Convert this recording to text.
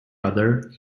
other